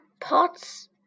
pots